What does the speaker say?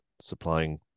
supplying